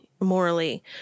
morally